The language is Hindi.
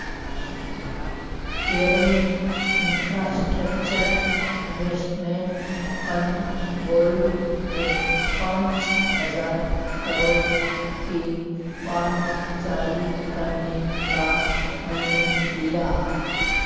Kerala infrastructure investment fund board ने पांच हजार करोड़ के बांड जारी करने का निर्णय लिया